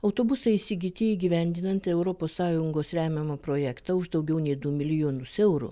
autobusai įsigyti įgyvendinant europos sąjungos remiamą projektą už daugiau nei du milijonus eurų